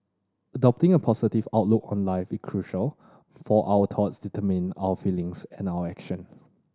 adopting a positive outlook on life is crucial for our thoughts determine our feelings and our action